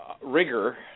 rigor –